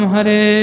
Hare